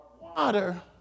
water